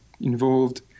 involved